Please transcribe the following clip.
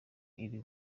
iri